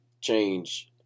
change